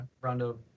Rondo